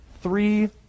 three